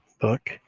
book